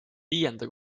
viienda